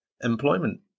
employment